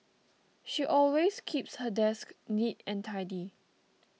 she always keeps her desk neat and tidy